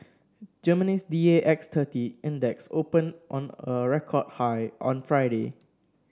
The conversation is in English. Germany's D A X thirty Index opened on a record high on Friday